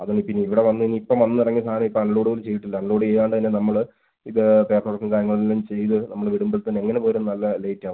അത് ഇനി ഇപ്പം ഇനി ഇവിടെ വന്നു ഇനി ഇപ്പം വന്നിറങ്ങിയ സാധനം ഇപ്പോൾ അൺലോഡ് പോലും ചെയ്തിട്ടില്ല അൺലോഡ് ചെയ്യാണ്ട് തന്നെ നമ്മൾ ഇത് പേപ്പർ വർക്കും കാര്യങ്ങളെല്ലാാം ചെയ്ത് നമ്മൾ വിടുമ്പോൾ തന്നെ എങ്ങനെ പോയാലും നല്ല ലേറ്റ് ആവും